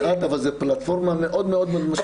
זה מעט, אבל זו פלטפורמה מאוד מאוד משמעותית.